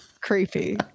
creepy